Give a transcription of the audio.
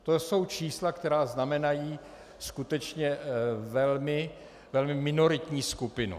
To jsou čísla, která znamenají skutečně velmi minoritní skupinu.